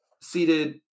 seated